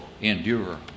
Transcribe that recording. endure